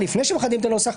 לפני שמחדדים את הנוסח,